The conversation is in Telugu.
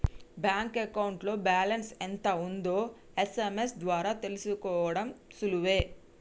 బ్యాంక్ అకౌంట్లో బ్యాలెన్స్ ఎంత ఉందో ఎస్.ఎం.ఎస్ ద్వారా తెలుసుకోడం సులువే